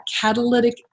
catalytic